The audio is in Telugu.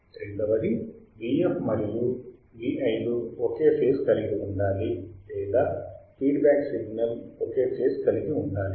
రెండవది Vf Vi లు ఒకే ఫేజ్ కలిగి ఉండాలి లేదా feedback signal input signal ఒకే ఫేజ్ కలిగి ఉండాలి